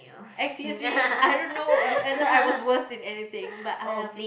excuse me I don't know whether I was worst in anything but I am